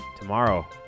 Tomorrow